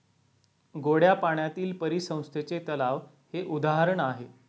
गोड्या पाण्यातील परिसंस्थेचे तलाव हे उदाहरण आहे